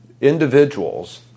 individuals